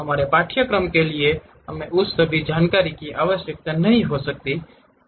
हमारे पाठ्यक्रम के लिए हमें उस सभी जानकारी की आवश्यकता नहीं हो सकती है